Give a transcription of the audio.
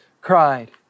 cried